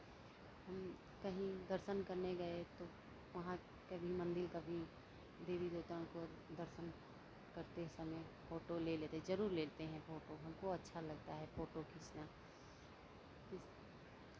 हम कहीं दर्शन करने गए तो वहां के भी मंदिर का भी देवी देवताओं को दर्शन करते समय फोटो ले लेते हैं जरूर ले लेते हैं फोटो हमको अच्छा लगता है फोटो खींचना खिंच